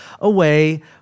away